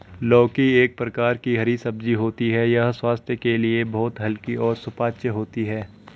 लौकी एक प्रकार की हरी सब्जी होती है यह स्वास्थ्य के लिए बहुत हल्की और सुपाच्य होती है